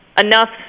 Enough